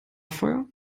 feuer